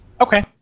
Okay